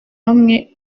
bamwe